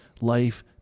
life